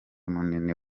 munini